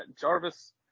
Jarvis